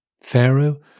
Pharaoh